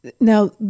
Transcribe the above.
Now